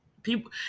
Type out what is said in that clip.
People